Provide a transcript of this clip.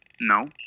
No